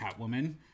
Catwoman